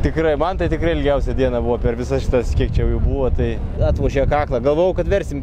tikrai man tai tikrai ilgiausia diena buvo per visas šitas kiek čia jų buvo tai atvožė kaklą galvojau kad versim